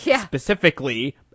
specifically